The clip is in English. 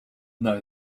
know